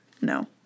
No